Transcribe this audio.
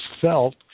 felt